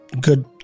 good